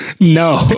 No